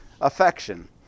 affection